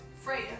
Freya